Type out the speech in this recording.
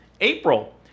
April